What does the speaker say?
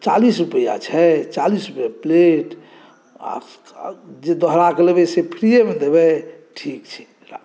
चालीस रुपैआ छै चालीस रुपए प्लेट आओर जे दोहराकऽ लेबै से फ्रिएमे देबै ठीक छै राखू